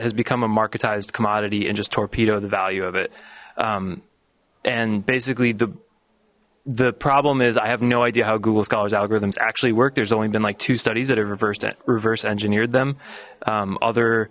has become a market eyes commodity and just torpedo the value of it and basically the the problem is i have no idea how google scholars algorithms actually work there's only been like two studies that have reversed it reverse engineered them other